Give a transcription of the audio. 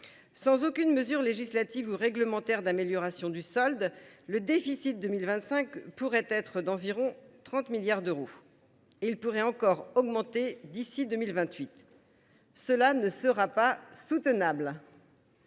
Sans aucune mesure législative ou réglementaire d’amélioration du solde, le déficit en 2025 pourrait atteindre environ 30 milliards d’euros et les déficits annuels pourraient encore augmenter d’ici à 2028. Cela ne sera pas soutenable.